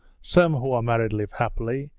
some who are married live happily.